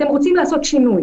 אתם רוצים לעשות שינוי.